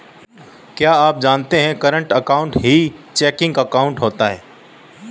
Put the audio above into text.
क्या आप जानते है करंट अकाउंट ही चेकिंग अकाउंट होता है